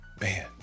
Man